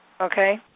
Okay